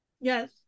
Yes